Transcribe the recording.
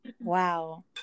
Wow